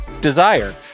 Desire